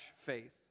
faith